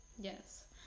Yes